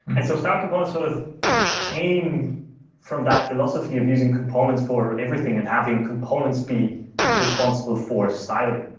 and so start components sort of came from that philosophy of using components for everything and having components be responsible for styling.